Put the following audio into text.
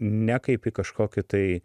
ne kaip į kažkokį tai